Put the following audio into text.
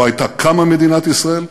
לא הייתה קמה מדינת ישראל,